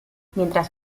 mientras